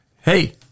Hey